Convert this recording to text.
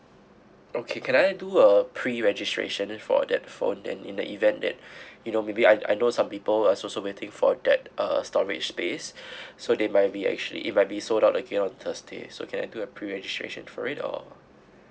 okay can I do a pre registration for that phone then in the event that you know maybe I I know some people uh also waiting for that uh storage space so they might be actually it might be sold out again on thursdays so can i do a pre registration for it or